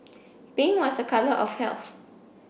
pink was a colour of health